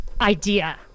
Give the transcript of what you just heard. idea